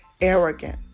arrogant